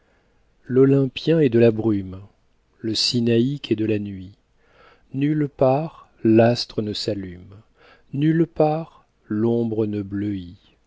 l'olympien est de la brume le sinaïque est de la nuit nulle part l'astre ne s'allume nulle part l'ombre ne bleuit